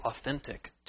authentic